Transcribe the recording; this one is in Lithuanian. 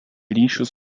ryšius